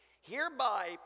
Hereby